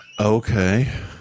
Okay